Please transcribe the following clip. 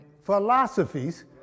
philosophies